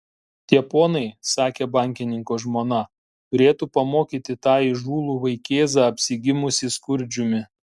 tie ponai sakė bankininko žmona turėtų pamokyti tą įžūlų vaikėzą apsigimusį skurdžiumi